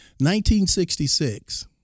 1966